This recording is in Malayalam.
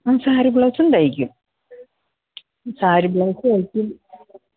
ആ സാരി ബ്ലൗസും തയ്ക്കും സാരി ബ്ലൗസ് തയ്ക്കും